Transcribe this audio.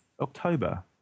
October